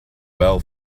well